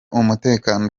umutekano